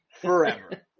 forever